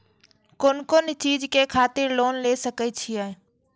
कोन कोन चीज के खातिर लोन ले सके छिए?